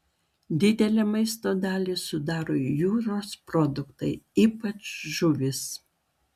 didelę maisto dalį sudaro jūros produktai ypač žuvys